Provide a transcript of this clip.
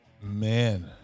Man